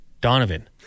Donovan